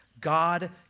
God